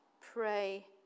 pray